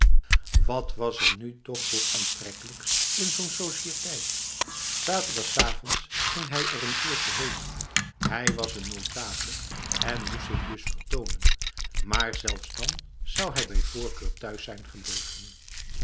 wat was er nu toch voor aantrekkelijks in zo'n sociëteit zaterdagsavonds ging hij er n uurtje heen hij was een notabele en moest zich dus vertonen'l maar zelfs dan zou hij bij voorkeur thuis zijn gebleven